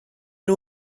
nhw